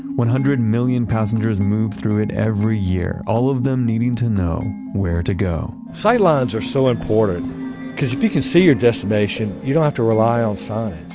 one hundred million passengers move through it every year, all of them needing to know where to go. sight lines are so important because if you can see your destination, you don't have to rely on science.